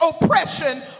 oppression